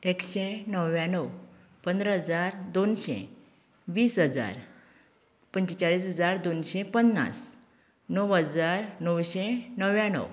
एकशें णव्याण्णव पंदरा हजार दोनशें वीस हजार पंचेचाळीस हजार दोनशें पन्नास णव हजार णवशें णव्याण्णव